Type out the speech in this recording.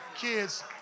kids